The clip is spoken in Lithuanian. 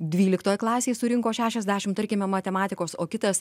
dvyliktoj klasėj surinko šešiasdešim tarkime matematikos o kitas